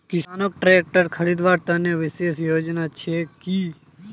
किसानोक ट्रेक्टर खरीदवार तने विशेष योजना छे कि?